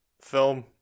film